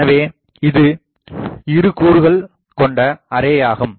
எனவே இது இரு கூறுகள் கொண்ட அரேயாகும்